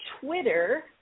Twitter